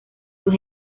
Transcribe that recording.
sus